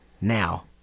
Now